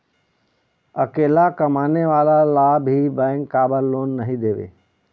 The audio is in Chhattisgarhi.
अकेला कमाने वाला ला भी बैंक काबर लोन नहीं देवे?